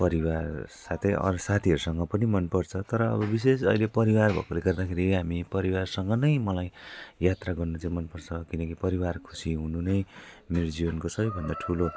परिवार साथै अरू साथीहरूसँग पनि मन पर्छ तर अब विशेष अहिले परिवार भएकोले गर्दाखेरि हामी परिवारसँग नै मलाई यात्रा गर्नु चाहिँ मन पर्छ किनकि परिवार खुसी हुनु नै मेरो जीवनको सबैभन्दा ठुलो